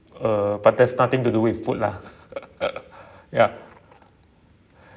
uh but that's nothing to do with food lah ya